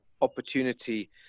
opportunity